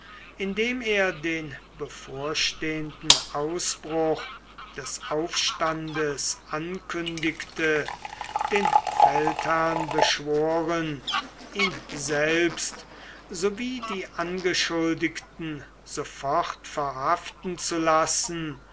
indem er den bevorstehenden ausbruch des aufstandes ankündigte den feldherrn beschworen ihn selbst sowie die angeschuldigten sofort verhaften zu lassen